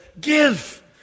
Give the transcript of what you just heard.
give